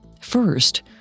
First